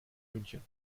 münchen